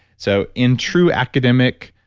so in true academic